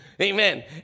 Amen